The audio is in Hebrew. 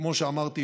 כמו שאמרתי,